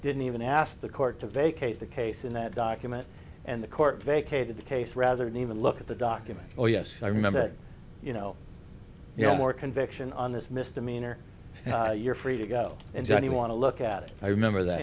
didn't even asked the court to vacate the case in that document and the court vacated the case rather than even look at the documents oh yes i remember that you know you know more conviction on this misdemeanor you're free to go and johnny want to look at it i remember that